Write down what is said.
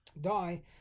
die